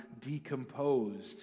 decomposed